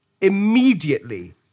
immediately